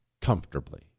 comfortably